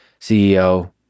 CEO